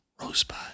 Rosebud